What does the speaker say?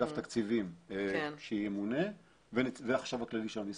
אגף תקציבים שימונה והחשב הכללי של המשרד.